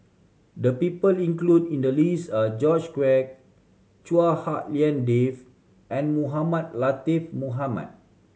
the people include in the list are George Quek Chua Hak Lien Dave and Mohamed Latiff Mohamed